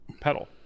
pedal